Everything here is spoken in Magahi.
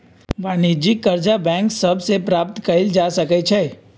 वाणिज्यिक करजा बैंक सभ से प्राप्त कएल जा सकै छइ